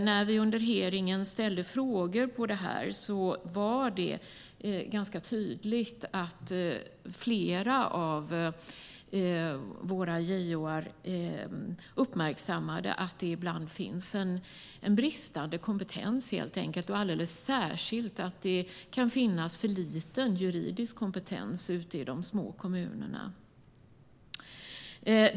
När vi under hearingen ställde frågor på detta uppmärksammade flera av justitieombudsmännen att det ibland finns en bristande kompetens, framför allt juridisk, i de små kommunerna.